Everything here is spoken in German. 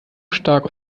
stark